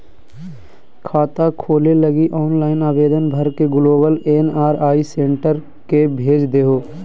खाता खोले लगी ऑनलाइन आवेदन भर के ग्लोबल एन.आर.आई सेंटर के भेज देहो